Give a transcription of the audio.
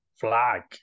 flag